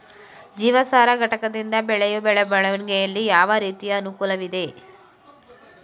ಜೀವಸಾರ ಘಟಕದಿಂದ ಬೆಳೆಯ ಬೆಳವಣಿಗೆಯಲ್ಲಿ ಯಾವ ರೀತಿಯ ಅನುಕೂಲವಿದೆ?